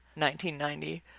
1990